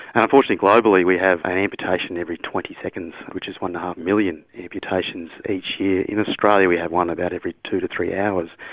and unfortunately globally we have an amputation every twenty seconds, which is one. five million amputations each year. in australia we have one about every two to three hours.